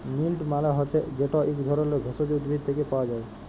মিল্ট মালে হছে যেট ইক ধরলের ভেষজ উদ্ভিদ থ্যাকে পাওয়া যায়